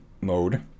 mode